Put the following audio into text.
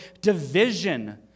division